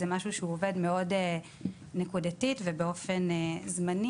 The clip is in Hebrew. זה משהו שהוא עובד מאוד נקודתית ובאופן זמני.